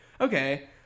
Okay